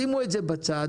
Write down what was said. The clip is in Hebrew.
שימו את זה בצד,